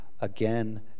again